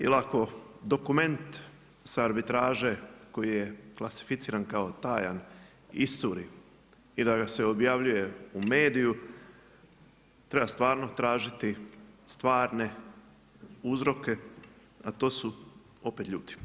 Jer ako dokument sa arbitraže koji je klasificiran kao tajan iscuri i da ga se objavljuje u mediju treba stvarno tražiti stvarne uzroke, a to su opet ljudi.